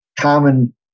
common